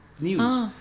news